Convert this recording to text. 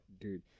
Dude